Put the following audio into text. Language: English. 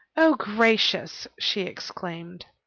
oh, gracious! she exclaimed.